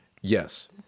Yes